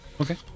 Okay